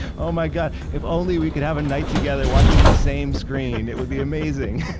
oh my god, if only we could have a night together watching the same screen, it would be amazing